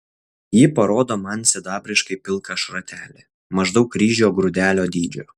ji parodo man sidabriškai pilką šratelį maždaug ryžio grūdelio dydžio